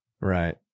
Right